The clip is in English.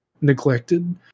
neglected